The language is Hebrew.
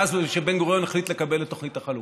מאז שבן-גוריון החליט לקבל את תוכנית החלוקה.